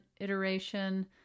iteration